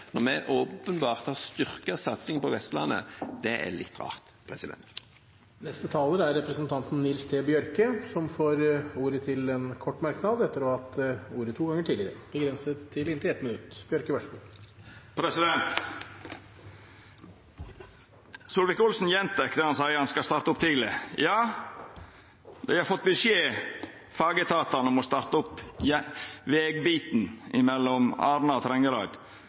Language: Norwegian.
når vi åpenbart har styrket satsingen på Vestlandet, er litt rart. Representanten Nils T. Bjørke har hatt ordet to ganger tidligere og får ordet til en kort merknad, begrenset til 1 minutt. Statsråd Solvik-Olsen gjentek det: Han seier han skal starta opp tidleg. Ja, fagetatane har fått beskjed om å starta opp vegbiten mellom Arna og Trengereid,